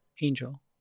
Angel